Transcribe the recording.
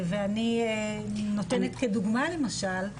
ואני נותנת כדוגמה למשל,